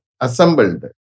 assembled